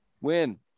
Win